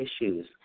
issues